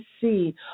see